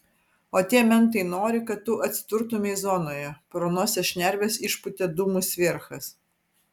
o tie mentai nori kad tu atsidurtumei zonoje pro nosies šnerves išpūtė dūmus vierchas